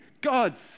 God's